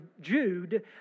Jude